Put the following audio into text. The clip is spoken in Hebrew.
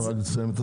לא דיברתי עליו.